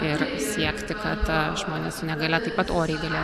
ir siekti kad žmonės su negalia taip pat oriai galėtų